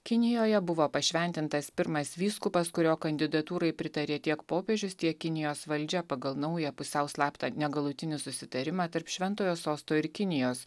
kinijoje buvo pašventintas pirmas vyskupas kurio kandidatūrai pritarė tiek popiežius tiek kinijos valdžia pagal naują pusiau slaptą negalutinį susitarimą tarp šventojo sosto ir kinijos